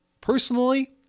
personally